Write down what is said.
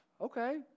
Okay